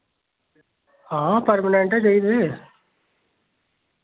हां परमानेंट गै चाहिदे